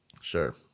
Sure